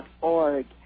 org